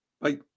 bye